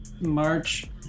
march